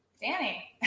Danny